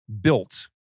built